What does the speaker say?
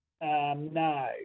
No